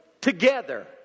together